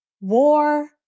war